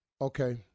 Okay